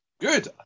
Good